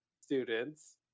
students